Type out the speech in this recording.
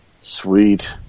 Sweet